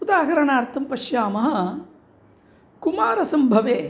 उदाहरणार्थं पश्यामः कुमारसम्भवे